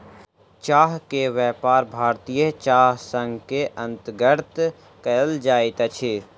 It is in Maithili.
चाह के व्यापार भारतीय चाय संग के अंतर्गत कयल जाइत अछि